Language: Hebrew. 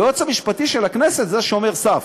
היועץ המשפטי של הכנסת זה שומר סף,